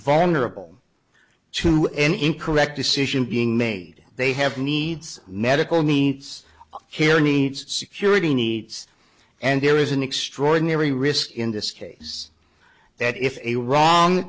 vulnerable to any incorrect decision being made they have needs medical needs care needs security needs and there is an extraordinary risk in this case that if a wrong